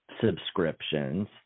subscriptions